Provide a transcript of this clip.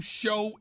show